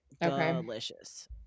delicious